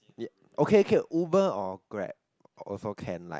ye~ okay okay Uber or Grab also can like